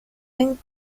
and